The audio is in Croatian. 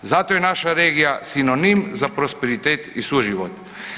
Zato je naša regija sinonim za prosperitet i suživot.